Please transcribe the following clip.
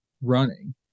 running